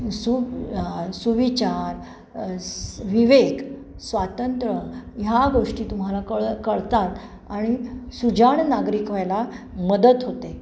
सु सुविचार विवेक स्वातंत्र्य ह्या गोष्टी तुम्हाला कळ कळतात आणि सुजाण नागरिक व्हायला मदत होते